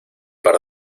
par